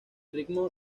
ritmo